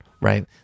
right